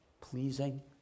pleasing